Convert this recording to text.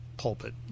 Pulpit